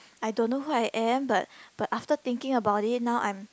I don't know who I am but but after thinking about it now I'm